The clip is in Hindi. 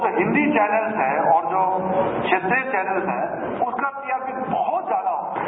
जो हिन्दी चैनल्स हैं क्षेत्रीय चैनल्स हैं उसका टीआरपी बहुत ज्यादा है